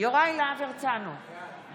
ילד שאני מכניסה עכשיו תחת המערכת שלי,